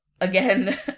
again